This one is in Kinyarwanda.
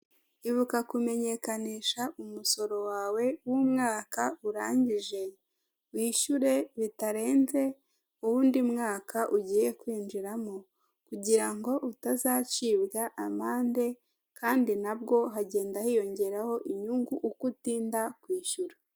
Imodoka isa nk'ivu iri mu muhanda iri kugenda ifite amapine y'umukara, ndetse iruhande rw'iyo modoka hari umumotari uhetse umuntu ku ipikipiki wambaye ijire y'umuhondo ndetse n'ubururu wambaye n'ingoferoy'umukara ndetse n'umutuku.